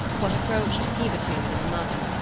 what approached hebetude in the mother,